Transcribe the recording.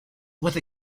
with